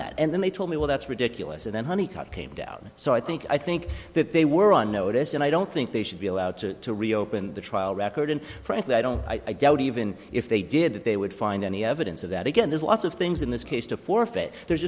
that and then they told me well that's ridiculous and then he cut came down so i think i think that they were on notice and i don't think they should be allowed to reopen the trial record and frankly i don't i doubt even if they did that they would find any evidence of that again there's lots of things in this case to forfeit there's